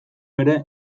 ere